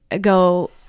go